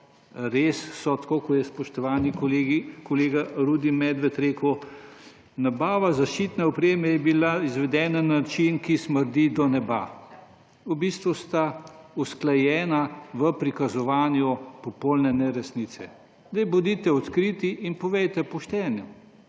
res, kot je spoštovani kolega Rudi Medved rekel, »nabava zaščitne opreme je bila izvedena na način, ki smrdi do neba«. V bistvu sta usklajena v prikazovanju popolne neresnice. Bodite odkriti in povejte pošteno.